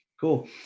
Cool